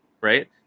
right